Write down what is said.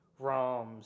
ROMs